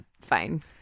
Fine